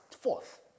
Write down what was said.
fourth